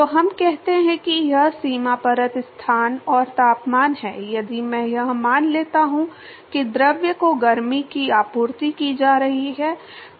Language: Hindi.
तो हम कहते हैं कि यह सीमा परत स्थान और तापमान है यदि मैं यह मान लेता हूं कि द्रव को गर्मी की आपूर्ति की जा रही है